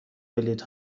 بلیط